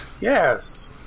Yes